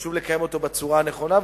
וחשוב לקיים אותה בצורה הנכונה,